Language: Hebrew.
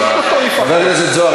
הכנסת זוהר,